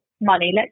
money